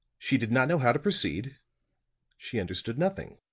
she did not know how to proceed she understood nothing.